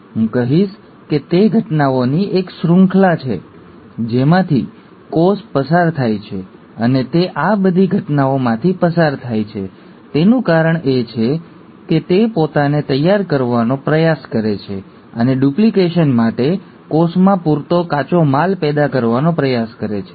હું કહીશ કે તે ઘટનાઓની એક શૃંખલા છે જેમાંથી કોષ પસાર થાય છે અને તે આ બધી ઘટનાઓમાંથી પસાર થાય છે તેનું કારણ એ છે કે તે પોતાને તૈયાર કરવાનો પ્રયાસ કરે છે અને ડુપ્લિકેશન માટે કોષમાં પૂરતો કાચો માલ પેદા કરવાનો પ્રયાસ કરે છે